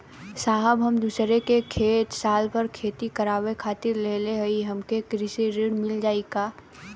साहब हम दूसरे क खेत साल भर खेती करावे खातिर लेहले हई हमके कृषि ऋण मिल जाई का?